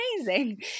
Amazing